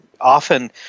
often